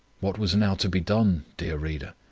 what was now to be done, dear reader?